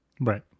Right